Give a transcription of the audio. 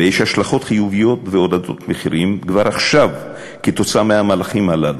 ויש השלכות חיוביות והורדות מחירים כבר עכשיו כתוצאה מהמהלכים הללו.